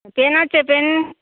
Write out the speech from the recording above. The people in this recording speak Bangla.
পেন আছে পেন